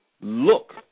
look